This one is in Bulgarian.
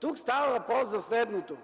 Тук става въпрос за следното